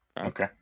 Okay